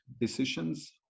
decisions